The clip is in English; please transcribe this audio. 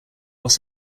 los